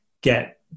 get